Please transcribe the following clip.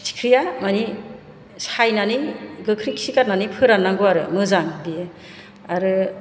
फिथिख्रिआ माने सायनानै गोख्रै खि गारनानै फोराननांगौ आरो मोजां बेयो आरो